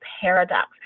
Paradox